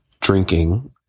drinking